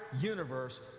universe